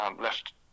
left